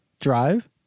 Drive